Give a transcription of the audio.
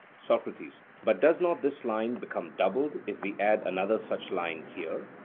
socrates but does not this line become doubled if we add another such line here?